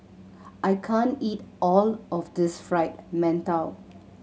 I can't eat all of this Fried Mantou